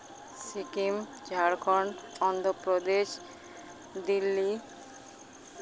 Sikkim Jharkhand Andhra Pradesh Delhi